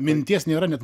minties nėra net